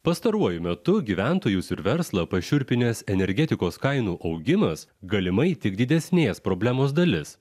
pastaruoju metu gyventojus ir verslą pašiurpinęs energetikos kainų augimas galimai tik didesnės problemos dalis